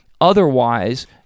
Otherwise